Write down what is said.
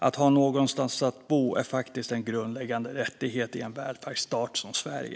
Att ha någonstans att bo är en grundläggande rättighet i en välfärdsstat som Sverige.